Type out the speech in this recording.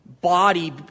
body